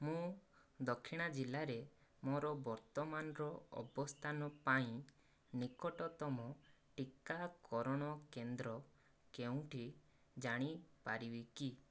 ମୁଁ ଦକ୍ଷିଣା ଜିଲ୍ଲାରେ ମୋର ବର୍ତ୍ତମାନର ଅବସ୍ଥାନ ପାଇଁ ନିକଟତମ ଟିକାକରଣ କେନ୍ଦ୍ର କେଉଁଠି ଜାଣିପାରିବି କି